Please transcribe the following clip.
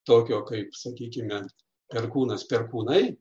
tokio kaip sakykime perkūnas perkūnai